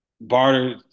Barter